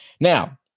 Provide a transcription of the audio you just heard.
Now